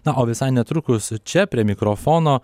na o visai netrukus čia prie mikrofono